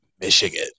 Michigan